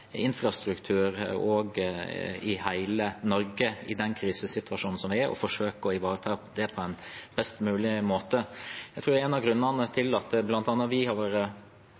infrastruktur i hele Norge i den krisesituasjonen som er nå, og forsøke å gjøre det på en best mulig måte. Jeg tror en av grunnene til at bl.a. vi også har vært